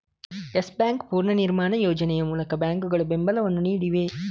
Yes Bank ಪುನರ್ನಿರ್ಮಾಣ ಯೋಜನೆ ಮೂಲಕ ಬ್ಯಾಂಕುಗಳು ಬೆಂಬಲವನ್ನು ನೀಡಿವೆ